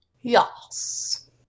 Yes